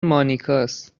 مانیکاست